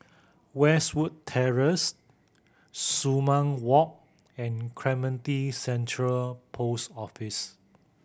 Westwood Terrace Sumang Walk and Clementi Central Post Office